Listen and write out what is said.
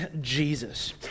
Jesus